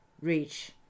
reach